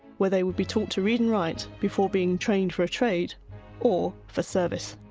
where they would be taught to read and write before being trained for a trade or for service.